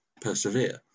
persevere